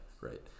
right